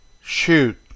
Shoot